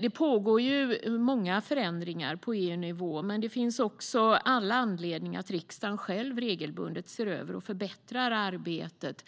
Det pågår många förändringar på EU-nivå, men det finns också all anledning för riksdagen att själv regelbundet se över och förbättra arbetet